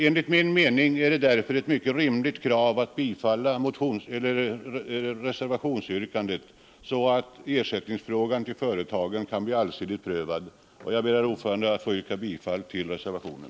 Enligt min mening är det därför ett mycket rimligt krav att bifalla reservationsyrkandet så att ersättningsfrågan för företagen kan bli allsidigt prövad. Jag ber, herr talman, att få yrka bifall till reservationen.